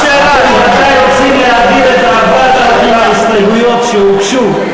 אתם בוודאי רוצים להעביר את 4,000 ההסתייגויות שהוגשו,